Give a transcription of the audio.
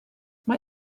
mae